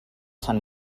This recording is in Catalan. sant